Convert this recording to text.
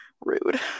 rude